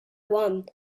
one